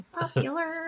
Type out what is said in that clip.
Popular